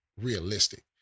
realistic